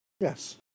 yes